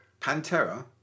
Pantera